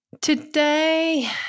today